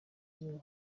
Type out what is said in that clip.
izuba